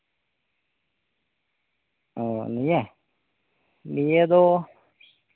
ᱚᱻ ᱱᱤᱭᱟᱹ ᱱᱤᱭᱟᱹ ᱫᱚ